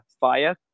fire